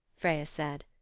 freya said.